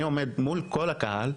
הייתי מול כל הקהל,